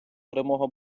перемога